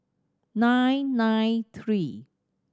nine nine three